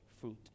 fruit